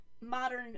modern